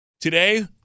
today